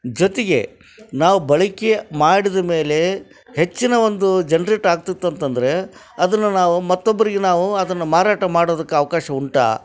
ಜೊತೆಗೆ ನಾವು ಬಳಕೆ ಮಾಡಿದ ಮೇಲೆ ಹೆಚ್ಚಿನ ಒಂದು ಜನ್ರೇಟ್ ಆಗ್ತಿತ್ತು ಅಂತಂದರೆ ಅದನ್ನು ನಾವು ಮತ್ತೊಬ್ರಿಗೆ ನಾವು ಅದನ್ನು ಮಾರಾಟ ಮಾಡೋದಕ್ಕೆ ಅವಕಾಶ ಉಂಟಾ